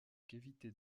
cavité